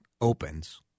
opens